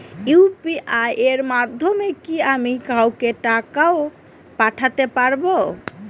UPI এর মাধ্যমে কি আমি কাউকে টাকা ও পাঠাতে পারবো?